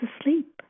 asleep